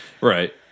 Right